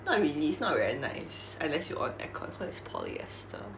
not really it's not very nice unless you on air con cause it's polyester